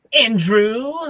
Andrew